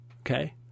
Okay